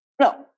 No